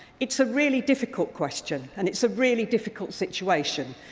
it is a really difficult question. and it is a really difficult situation.